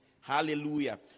Hallelujah